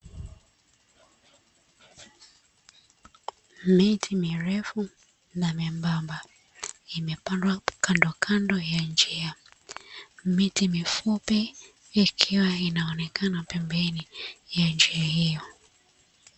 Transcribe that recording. Miti mirefu na membamba imepandwa kando kando ya njia, miti mifupi ikiwa inaonekana kando ya njia hio.